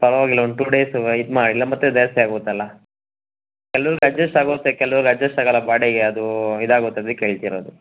ಪರವಾಗಿಲ್ಲ ಒಂದು two days wait ಮಾಡಿ ಇಲ್ಲ ಮತ್ತೆ ಜಾಸ್ತಿಯಾಗುತ್ತಲ್ಲ ಕೆಲವ್ರ್ಗೆ ಅಡ್ಜೆಸ್ಟ್ ಆಗುತ್ತೆ ಕೆಲವ್ರ್ಗೆ ಅಡ್ಜೆಸ್ಟ್ ಆಗೋಲ್ಲ ಬಾಡಿಗೆ ಅದು ಇದು ಆಗುತ್ತೆ ಅದಕ್ಕೆ ಹೇಳ್ತಿರೋದು